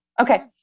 Okay